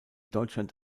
deutschland